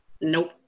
nope